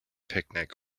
picnic